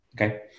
Okay